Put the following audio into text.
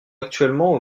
actuellement